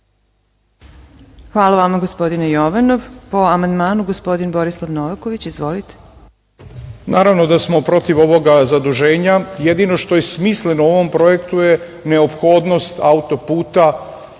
Hvala vama, gospodine Jovanov. Po amandmanu gospodin Borislav Novaković. Izvolite. **Borislav Novaković** Naravno da smo protiv ovog zaduženja, jedino što je smisleno u ovom projektu je neophodnost auto-puta